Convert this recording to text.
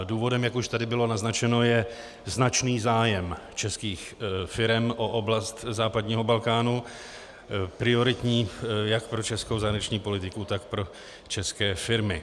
Důvodem, jak už tady bylo naznačeno, je značný zájem českých firem o oblast západního Balkánu, prioritní jak pro českou zahraniční politiku, tak pro české firmy.